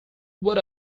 what